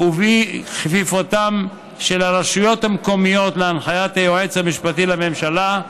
ובאי-כפיפותן של הרשויות המקומית להנחיית היועץ המשפטי לממשלה,